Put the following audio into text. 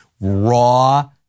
raw